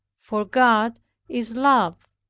for god is love.